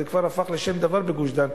זה כבר הפך לשם דבר בגוש-דן,